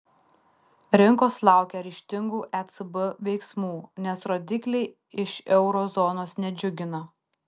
rinkos laukia ryžtingų ecb veiksmų nes rodikliai iš euro zonos nedžiugina